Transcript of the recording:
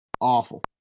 Awful